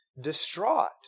distraught